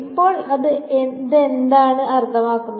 അപ്പോൾ ഇത് എന്താണ് അർത്ഥമാക്കുന്നത്